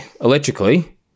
electrically